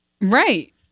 right